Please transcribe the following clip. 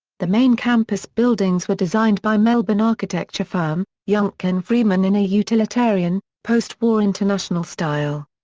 the main campus buildings were designed by melbourne architecture firm, yuncken freeman in a utilitarian, post-war international style.